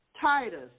Titus